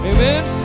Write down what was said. Amen